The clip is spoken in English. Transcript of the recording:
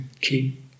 keep